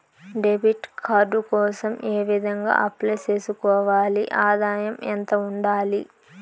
Debit card కోసం ఏ విధంగా అప్లై సేసుకోవాలి? ఆదాయం ఎంత ఉండాలి?